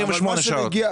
48 שעות.